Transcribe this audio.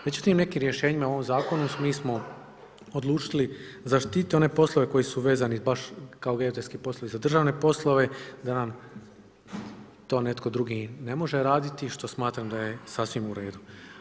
Međutim, nekim rješenjima u ovom zakonu mi smo odlučili zaštititi one poslove koji su vezani baš kao geodetski poslovi za državne poslove da nam to netko drugi ne može raditi što smatram da je sasvim u redu.